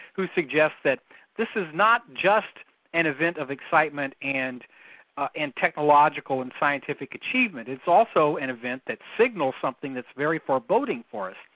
who suggest that this is not just an event of excitement and and technological and scientific achievement, it's also an event that signals something that's very foreboding for us.